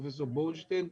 פרופסור בורשטיין.